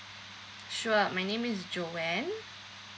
sure my name is Joanne